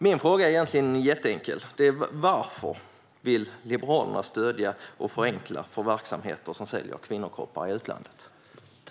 Min fråga är egentligen jätteenkel: Varför vill Liberalerna stödja och förenkla för verksamheter som säljer kvinnokroppar i utlandet?